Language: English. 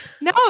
No